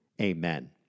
Amen